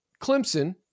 Clemson